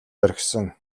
орхисон